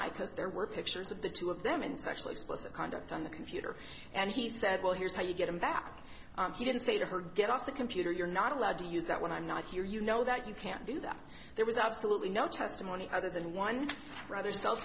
post there were pictures of the two of them and sexually explicit conduct on the computer and he said well here's how you get him back he didn't say to her get off the computer you're not allowed to use that when i'm not here you know that you can't do that there was absolutely no testimony other than one rather self